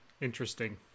interesting